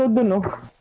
ah the number